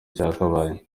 cyakabaye